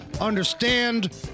understand